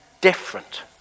different